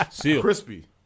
Crispy